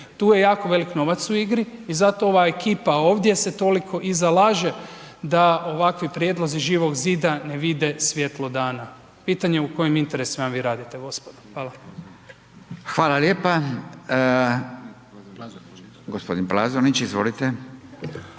Tu je jako veliki novac u igri i zato ova ekipa ovdje se toliko i zalaže da ovakvi prijedlozi Živog zida ne vide svjetlo dana. Pitanje u kojim interesima vi radite gospodo? Hvala. **Radin, Furio (Nezavisni)** Hvala lijepa. Gospodin Plazonić. Izvolite.